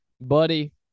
Buddy